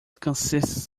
consists